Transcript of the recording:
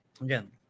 Again